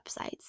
websites